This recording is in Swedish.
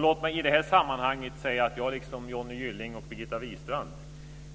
Låt mig i det här sammanhanget som centerföreträdare säga att jag liksom Johnny Gylling och Birgitta Wistrand